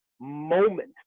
moment